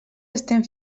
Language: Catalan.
estem